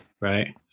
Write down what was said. right